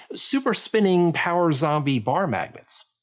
super-spinning power zombie bar magnets.